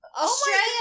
Australia